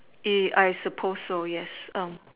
I suppose so yes